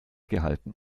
gehalten